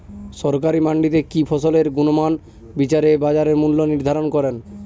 সরকারি মান্ডিতে কি ফসলের গুনগতমান বিচারে বাজার মূল্য নির্ধারণ করেন?